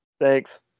Thanks